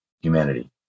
humanity